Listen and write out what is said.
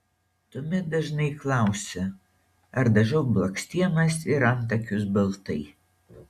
tuomet dažnai klausia ar dažau blakstienas ir antakius baltai